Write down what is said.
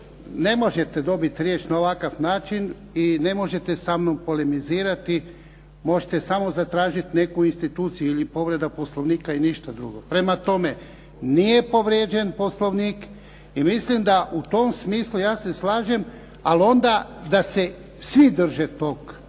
ne možete dobiti riječ na ovakav način i ne možete samnom polemizirati, možete samo zatražiti neku instituciju ili povreda Poslovnika i ništa drugo. Prema tome, nije povrijeđen Poslovnik i mislim da, u tom smislu ja se slažem ali onda da se svi drže toga